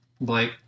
Blake